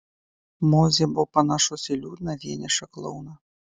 mozė buvo panašus į liūdną vienišą klouną